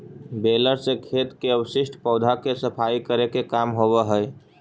baler से खेत के अवशिष्ट पौधा के सफाई करे के काम होवऽ हई